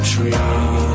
tree